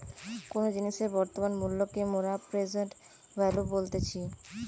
কোনো জিনিসের বর্তমান মূল্যকে মোরা প্রেসেন্ট ভ্যালু বলতেছি